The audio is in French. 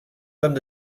femme